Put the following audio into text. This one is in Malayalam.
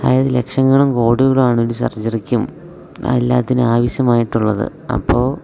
അതായത് ലക്ഷങ്ങളും കോടികളുമാണ് ഒരു സർജറിക്കും എല്ലാത്തിനും ആവശ്യമായിട്ടുള്ളത് അപ്പോൾ